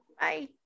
bye